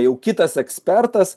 jau kitas ekspertas